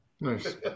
nice